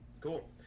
Cool